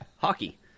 hockey